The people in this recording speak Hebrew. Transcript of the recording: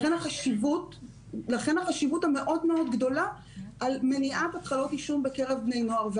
החשיבות הגדולה היא על מניעת התחלת עישון בקרב בני נוער.